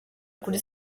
kuri